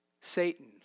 Satan